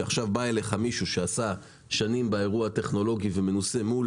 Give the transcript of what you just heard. כשבא אליך עכשיו מישהו שעשה שנים באירוע הטכנולוגי ומנוסה מול